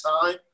time